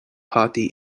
party